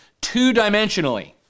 two-dimensionally